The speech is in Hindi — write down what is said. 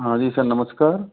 हाँ जी सर नमस्कार